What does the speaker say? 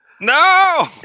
No